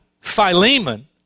Philemon